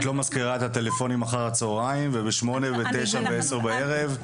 לא מזכירה את הטלפונים אחר הצהריים ובשמונה ותשע ועשר בערב.